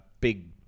big